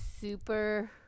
super